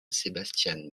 sebastian